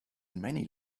many